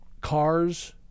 cars